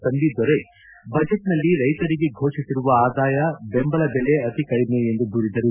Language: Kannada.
ತಂಬಿದೊರೈ ಬಜೆಟ್ನಲ್ಲಿ ರೈತರಿಗೆ ಘೋಷಿಸಿರುವ ಆದಾಯ ಬೆಂಬಲ ಬೆಲೆ ಅತಿ ಕಡಿಮೆ ಎಂದು ದೂರಿದರು